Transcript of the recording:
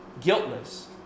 guiltless